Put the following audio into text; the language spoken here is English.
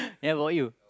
how about you